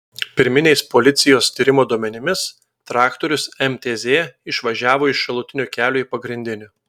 pirminiais policijos tyrimo duomenimis traktorius mtz išvažiavo iš šalutinio kelio į pagrindinį